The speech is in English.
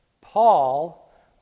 Paul